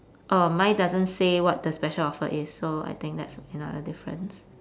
um mine doesn't say what the special offer is so I think that's another difference